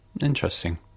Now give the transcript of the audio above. Interesting